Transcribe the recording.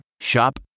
Shop